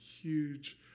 huge